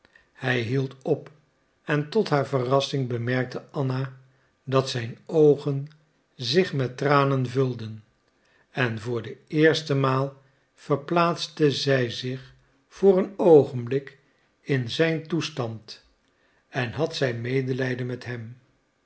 hij hield op en tot haar verrassing bemerkte anna dat zijn oogen zich met tranen vulden en voor de eerste maal verplaatste zij zich voor een oogenblik in zijn toestand en had zij medelijden met hem